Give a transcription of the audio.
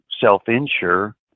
self-insure